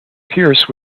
pierce